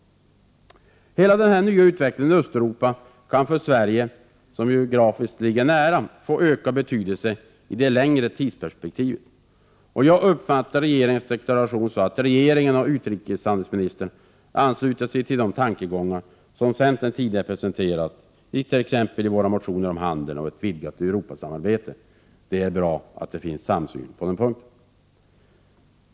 Hela den nya utvecklingen i Östeuropa kan för Sverige, som geografiskt ligger nära, få ökad betydelse i det längre tidsperspektivet. Jag uppfattar regeringens deklaration så, att regeringen och utrikeshandelsministern ansluter sig till de tankegångar som vi i centern tidigare presenterat t.ex. i våra motioner om handeln och ett vidgat Europasamarbete. Det är bra att det finns samsyn på den punkten.